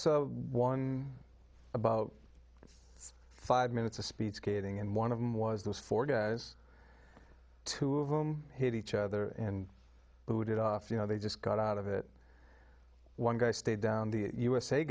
saw one about five minutes of speed skating and one of them was those four guys two of them hit each other and booted off you know they just got out of it one guy stayed down the u